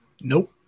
nope